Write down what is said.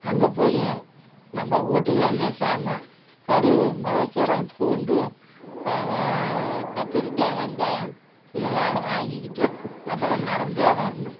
அங்கே போய் நம்ம வீட்டுக்கு வேண்டிய சாமான் கடுகு மொளகு சீரகம் பூண்டு கத்திரிக்காய் வெங்காயம் இதெல்லாம் வாங்கிக்கிட்டு அப்புறம் நடந்தே வரணும்